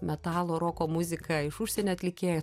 metalo roko muzika iš užsienio atlikėjų